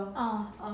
uh